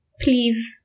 please